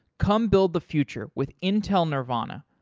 come build the future with intel nervana.